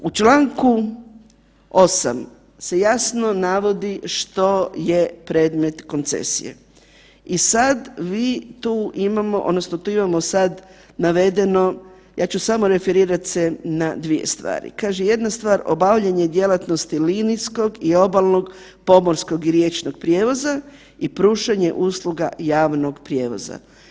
U članku 8. se jasno navodi što je predmet koncesije i sad vi tu imamo odnosno tu imamo sad navedeno, ja ću samo referirat se na dvije stvari, kaže jedna stvar obavljanje djelatnosti linijskog i obalnog pomorskog i riječnog prijevoza i pružanje usluga javnog prijevoza.